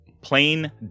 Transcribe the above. plain